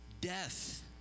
death